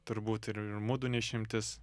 turbūt ir mudu ne išimtis